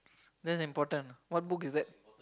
that's important what book is that